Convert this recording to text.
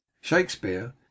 Shakespeare